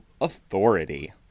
authority